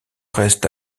reste